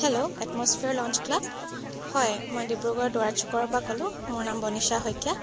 hello atmosphere launch club হয় মই ডিব্ৰুগড় দুৱাৰা চুকৰ পৰা ক'লো মোৰ নাম বনীছা শইকীয়া